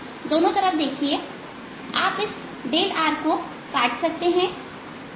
दोनों तरफ देखिएआप इस rको काट सकते हैं